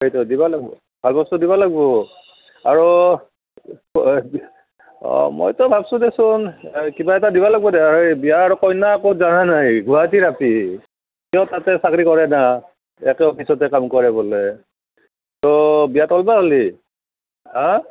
সেইটো দিব লাগিব ভাল বস্তু দিবা লাগিব আৰু অ মইতো ভাবিছো দেচোন কিবা এটা দিব লাগিব এই বিয়া আৰু কইনা কৰ জানা নাই গুৱাহাটীৰ আপী সিও তাতে চাকৰি কৰে না একে অফিচতে কাম কৰে বোলে হা